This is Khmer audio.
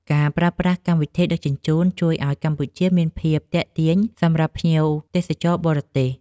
ការប្រើប្រាស់កម្មវិធីដឹកជញ្ជូនជួយឱ្យកម្ពុជាមានភាពទាក់ទាញ សម្រាប់ភ្ញៀវទេសចរបរទេស។